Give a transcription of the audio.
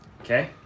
Okay